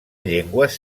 llengües